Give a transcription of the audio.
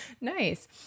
Nice